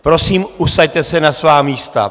Prosím, usaďte se na svá místa!